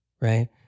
right